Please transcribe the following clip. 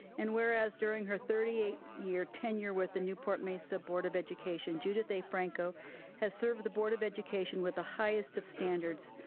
and whereas, during her thirty eight year tenure with the newport-mesa board of education, judith a. franco has served the board of education with the highest of standards.